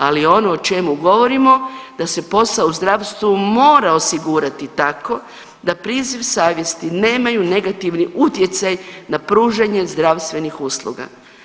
Ali ono o čemu govorimo da se posao u zdravstvu mora osigurati tako da priziv savjesti nemaju negativni utjecaj na pružanje zdravstvenih usluga.